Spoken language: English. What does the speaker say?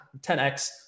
10X